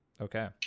Okay